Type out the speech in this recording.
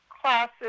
classes